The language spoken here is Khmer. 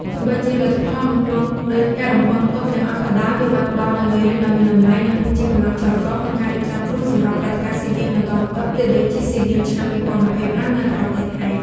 ទោះបីជាលទ្ធផលមិនទាន់ដូចការរំពឹងទុកទាំងអស់ក៏ដោយ វាបានផ្ដល់នូវមេរៀនដ៏មានតម្លៃ និងជាកម្លាំងចលករក្នុងការរៀបចំខ្លួនសម្រាប់ព្រឹត្តិការណ៍ស៊ីហ្គេមបន្ទាប់ៗទៀត ដូចជា ស៊ីហ្គេមឆ្នាំ ២០២៥ នៅប្រទេសថៃ។